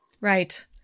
Right